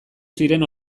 ziren